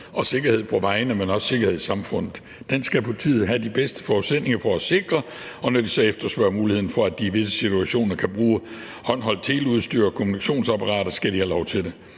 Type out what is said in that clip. Og sikkerheden på vejene, men også sikkerheden i samfundet, skal politiet have de bedste forudsætninger for at sikre, og når de så efterspørger muligheden for, at de i visse situationer kan bruge håndholdt teleudstyr og kommunikationsapparater, skal de have lov til det.